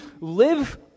live